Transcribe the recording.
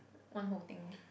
one whole thing